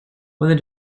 when